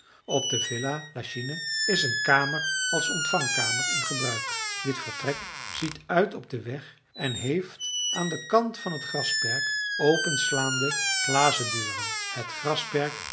op de villa lachine is een kamer als ontvangkamer in gebruik dit vertrek ziet uit op den weg en heeft aan den kant van het grasperk openslaande glazen deuren het grasperk